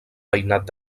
veïnat